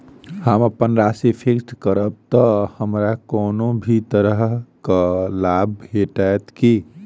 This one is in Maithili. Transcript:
हम अप्पन राशि फिक्स्ड करब तऽ हमरा कोनो भी तरहक लाभ भेटत की?